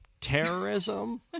terrorism